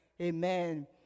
Amen